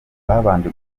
babanje